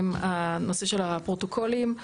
הנושא של הפרוטוקולים.